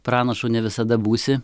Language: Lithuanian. pranašu ne visada būsi